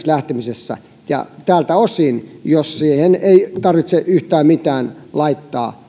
lähtemisessä tältä osin jos siihen ei tarvitse alkuun yhtään mitään rahaakaan laittaa